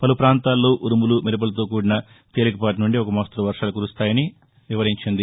పలు ప్రాంతాల్లో ఉరుములు మెరుపులతో కూడిన తేలికపాటి నుంచి ఓ మోస్తరు వర్వాలు కురుస్తాయని తెలిపింది